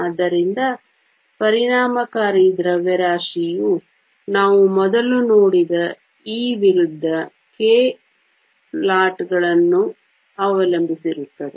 ಆದ್ದರಿಂದ ಪರಿಣಾಮಕಾರಿ ದ್ರವ್ಯರಾಶಿಯು ನಾವು ಮೊದಲು ನೋಡಿದ E ವಿರುದ್ಧ k ಪ್ಲಾಟ್ಗಳನ್ನು ಅವಲಂಬಿಸಿರುತ್ತದೆ